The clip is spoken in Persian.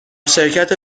شرکت